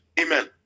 Amen